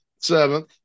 seventh